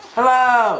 Hello